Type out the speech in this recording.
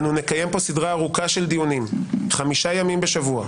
אנו נקיים פה סדרה ארוכה של דיונים חמישה ימים בשבוע,